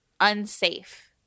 unsafe